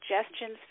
suggestions